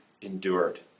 endured